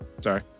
Sorry